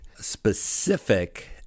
specific